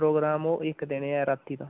programme ओह् इक दिन ऐ रातीं दा